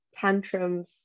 tantrums